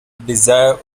desire